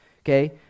okay